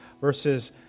versus